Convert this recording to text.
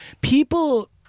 People